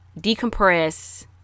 decompress